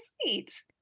sweet